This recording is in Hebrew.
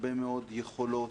הרבה מאוד יכולות,